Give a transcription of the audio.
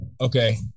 Okay